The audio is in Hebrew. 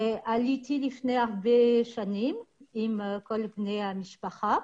עליתי לפני ארבע שנים עם כל בני המשפחה.